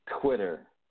Twitter